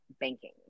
banking